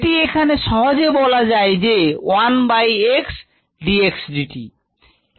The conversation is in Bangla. এটি এখানে সহজে বলা যায় যে one by x d x dt